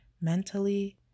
Mentally